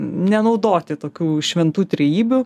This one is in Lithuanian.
nenaudoti tokių šventų trejybių